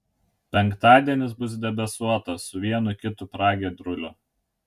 penktadienis bus debesuotas su vienu kitu pragiedruliu